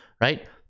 right